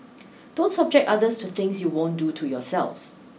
don't subject others to things you won't do to yourself